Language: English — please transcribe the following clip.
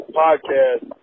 podcast